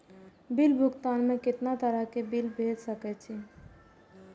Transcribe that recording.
Bill भुगतान में कितना तरह के बिल भेज सके छी?